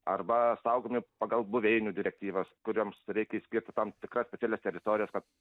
arba saugomi pagal buveinių direktyvas kurioms reikia išskirti tam tikras specialias teritorijas kad